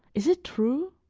is it true?